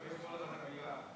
לא נשבור לך את המילה.